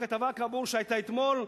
בכתבה שכאמור היתה אתמול,